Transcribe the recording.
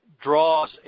draws